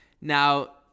Now